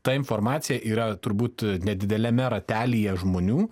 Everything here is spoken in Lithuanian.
ta informacija yra turbūt nedideliame ratelyje žmonių